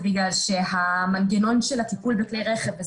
זה בגלל שהמנגנון של הטיפול בכלי רכב,